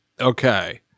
Okay